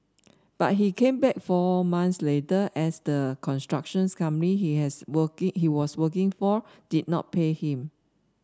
but he came back four months later as the construction's company he has working he was working for did not pay him